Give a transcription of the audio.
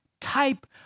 type